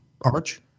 Arch